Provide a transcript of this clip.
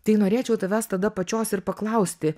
tai norėčiau tavęs tada pačios ir paklausti